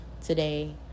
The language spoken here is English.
today